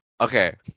Okay